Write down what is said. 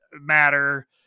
matter